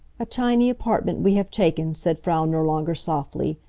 a tiny apartment we have taken, said frau nirlanger, softly.